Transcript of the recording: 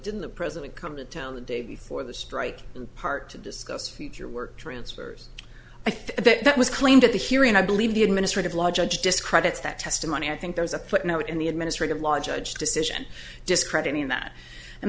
didn't the president come to town the day before the strike part to discuss future work transfers i think that was claimed at the hearing i believe the administrative law judge discredits that testimony i think there's a footnote in the administrative law judge decision discrediting that and